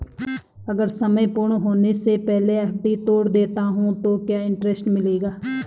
अगर समय पूर्ण होने से पहले एफ.डी तोड़ देता हूँ तो क्या इंट्रेस्ट मिलेगा?